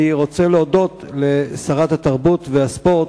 אני רוצה להודות לשרת התרבות והספורט,